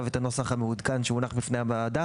את הנוסח המעודכן שהונח בפני הוועדה.